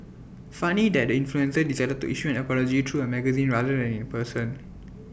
funny that the influencer decided to issue an apology through A magazine rather than in person